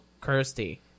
Kirsty